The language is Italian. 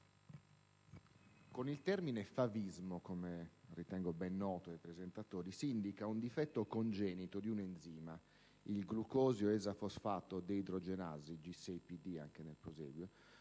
con il termine favismo, che ritengo ben noto ai presentatori, si indica un difetto congenito di un enzima, il glucosio-6-fosfato-deidrogenasi (G6PD), normalmente